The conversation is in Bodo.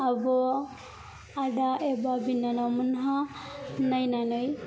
आब' आदा एबा बिनानाव मोनहा नायनानै